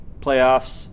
Playoffs